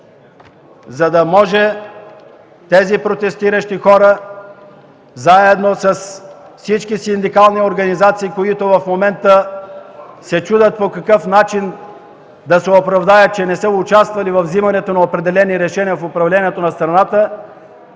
за да може тези протестиращи хора, заедно с всички синдикални организации, които в момента се чудят по какъв начин да се оправдаят, че не са участвали във взимането на определени решения в управлението на страната,